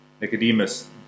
Nicodemus